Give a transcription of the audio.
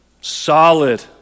solid